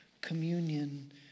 communion